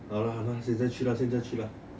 !hanna! !hanna! 现在去啦现在去啦